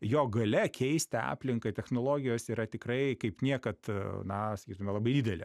jo galia keisti aplinką technologijos yra tikrai kaip niekad na sakytume labai didelė